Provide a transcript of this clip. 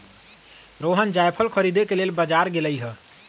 रोहण जाएफल खरीदे के लेल बजार गेलई ह